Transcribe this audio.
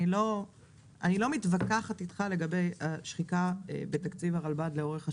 אני לא מתווכחת איתך לגבי השחיקה בתקציב הרלב"ד לאורך השנים.